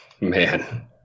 man